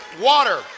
water